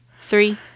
Three